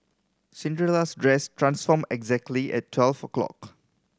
Cinderella's dress transformed exactly at twelve o' clock